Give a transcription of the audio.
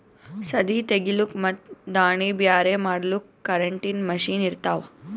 ಸದೀ ತೆಗಿಲುಕ್ ಮತ್ ದಾಣಿ ಬ್ಯಾರೆ ಮಾಡಲುಕ್ ಕರೆಂಟಿನ ಮಷೀನ್ ಇರ್ತಾವ